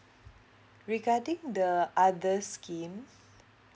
regarding the other scheme